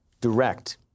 direct